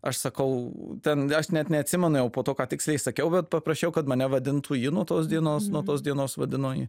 aš sakau ten aš net neatsimenu jau po to ką tiksliai sakiau bet paprašiau kad mane vadintų ji nuo tos dienos nuo tos dienos vadino ji